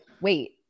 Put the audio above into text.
wait